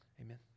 amen